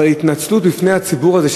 אבל התנצלות בפני הציבור הזה,